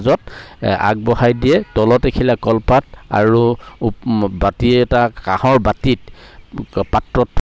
য'ত এ আগবঢ়াই দিয়ে তলত এখিলা কলপাত আৰু বাতি এটা কাঁহৰ বাতিত পাত্ৰত